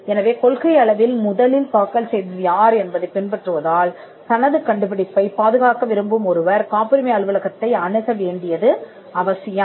எனவே கொள்கை அளவில் முதலில் தாக்கல் செய்தது யார் என்பதைப் பின்பற்றுவதால் தனது கண்டுபிடிப்பைப் பாதுகாக்க விரும்பும் ஒருவர் காப்புரிமை அலுவலகத்தை அணுக வேண்டியது அவசியம்